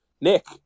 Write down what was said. Nick